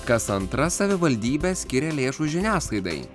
kas antra savivaldybė skiria lėšų žiniasklaidai